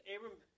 Abram